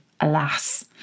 alas